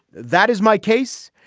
that is my case.